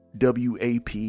WAP